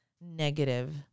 negative